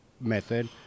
method